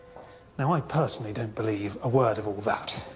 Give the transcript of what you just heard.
now, i personally don't believe a word of all that,